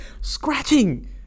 Scratching